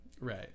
Right